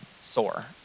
sore